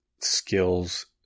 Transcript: skills